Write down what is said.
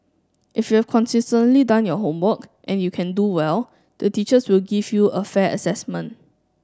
if you've consistently done your homework and you can do well the teachers will give you a fair assessment